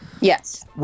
Yes